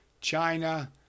China